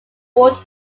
world